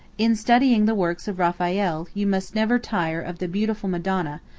in studying the works of raphael you must never tire of the beautiful madonna,